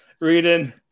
reading